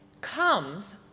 comes